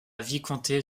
vicomté